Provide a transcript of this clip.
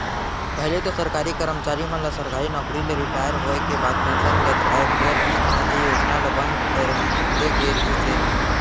पहिली तो सरकारी करमचारी मन ल सरकारी नउकरी ले रिटायर होय के बाद पेंसन मिलत रहय फेर बीच म ए योजना ल बंद करे दे गे रिहिस हे